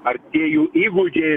ar tie jų įgūdžiai